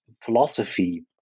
philosophy